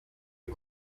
ari